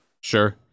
Sure